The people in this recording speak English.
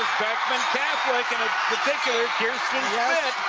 beckman catholic. and in particular kierstin schmitt